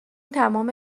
تمام